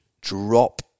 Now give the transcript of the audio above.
drop